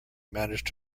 managed